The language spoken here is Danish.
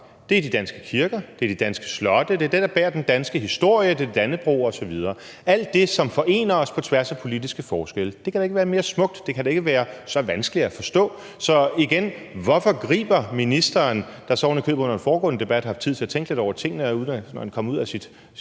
er de danske kirker, de danske slotte, det, der bærer den danske historie, det er Dannebrog osv., alt det, som forener os på tværs af politiske forskelle. Det kan da ikke være mere smukt. Det kan da ikke være så vanskeligt at forstå. Så igen: Hvorfor griber ministeren – der så ovenikøbet under den foregående debat har haft tid til at tænke lidt over tingene, når han kom ud af sit konventionelle